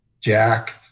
Jack